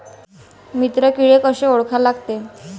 मित्र किडे कशे ओळखा लागते?